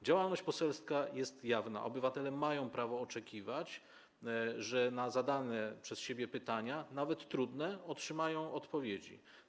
Działalność poselska jest jawna, obywatele mają prawo oczekiwać, że na zadane przez siebie pytania, nawet trudne, otrzymają odpowiedzi.